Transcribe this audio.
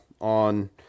on